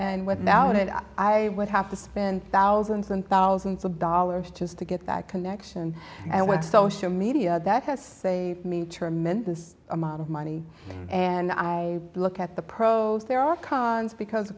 and without it i would have to spend thousands and thousands of dollars just to get that connection and when social media has tremendous amount of money and i look at the pros there are cars because the